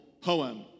poem